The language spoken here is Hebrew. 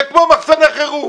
זה כמו מחסני חירום.